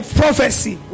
prophecy